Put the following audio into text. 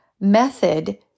method